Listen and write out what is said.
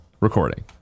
recording